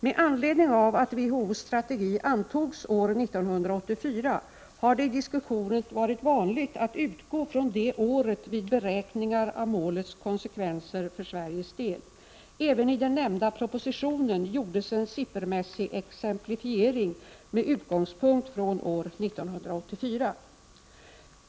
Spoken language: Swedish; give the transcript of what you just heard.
Med anledning av att WHO:s strategi antogs år 1984 har det i diskussionen varit vanligt att utgå från det året vid beräkningar av målets konsekvenser för Sveriges del. Även i den nämnda propositionen gjordes en siffermässig exemplifiering med utgångspunkt från år 1984.